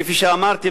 כפי שאמרתי,